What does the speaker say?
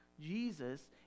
Jesus